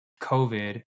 COVID